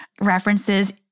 references